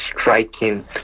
striking